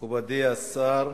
מכובדי השר,